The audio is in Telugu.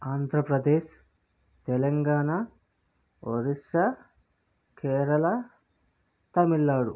ఆంధ్రప్రదేశ్ తెలంగాణ ఒరిస్సా కేరళ తమిళనాడు